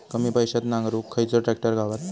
कमी पैशात नांगरुक खयचो ट्रॅक्टर गावात?